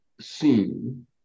seen